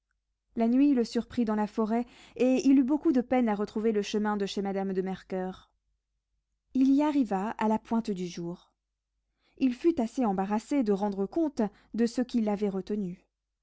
la nuit le surprit dans la forêt et il eut beaucoup de peine à retrouver le chemin de chez madame de mercoeur il y arriva à la pointe du jour il fut assez embarrassé de rendre compte de ce qui l'avait retenu